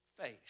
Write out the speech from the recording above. face